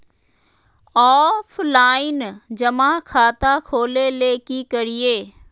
Offline जमा खाता खोले ले की करिए?